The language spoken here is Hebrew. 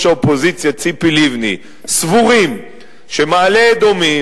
האופוזיציה ציפי לבני סבורים שמעלה-אדומים,